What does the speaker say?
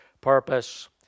purpose